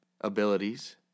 abilities